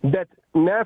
bet mes